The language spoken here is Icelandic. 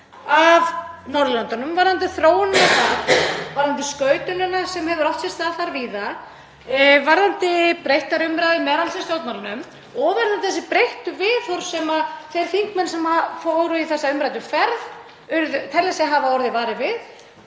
af Norðurlöndunum varðandi þróunina þar, varðandi skautunina sem hefur átt sér stað þar víða, varðandi breytta umræðu, m.a. í stjórnmálunum, og varðandi þessi breyttu viðhorf sem þeir þingmenn sem fóru í þessa umræddu ferð telja sig hafa orðið vara við,